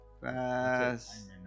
fast